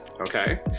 okay